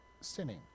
sinning